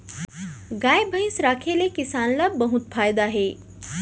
गाय भईंस राखे ले किसान ल बहुत फायदा हे